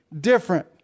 different